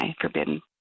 forbidden